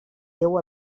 déu